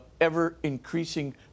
ever-increasing